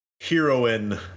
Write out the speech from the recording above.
heroine